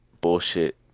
bullshit